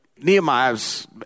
Nehemiah's